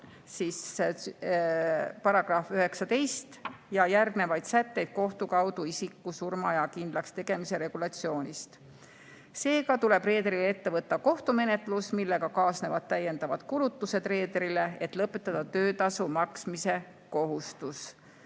§ 19 ja [sellele] järgnevaid sätteid kohtu kaudu isiku surmaaja kindlakstegemise regulatsiooni kohta. Seega tuleb reederil ette võtta kohtumenetlus, millega kaasnevad talle täiendavad kulutused, et lõpetada töötasu maksmise kohustus.